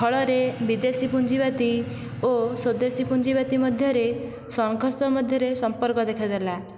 ଫଳରେ ବିଦେଶୀ ପୁଞ୍ଜିବାଦି ଓ ସ୍ଵଦେଶୀ ପୁଞ୍ଜିବାଦି ମଧ୍ୟରେ ସଂଘର୍ଷ ମଧ୍ୟରେ ସମ୍ପର୍କ ଦେଖା ଦେଲା